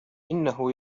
إنه